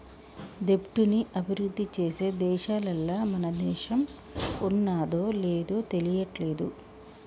దెబ్ట్ ని అభిరుద్ధి చేసే దేశాలల్ల మన దేశం ఉన్నాదో లేదు తెలియట్లేదు